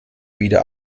wieder